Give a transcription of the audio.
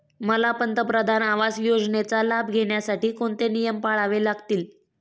मला पंतप्रधान आवास योजनेचा लाभ घेण्यासाठी कोणते नियम पाळावे लागतील?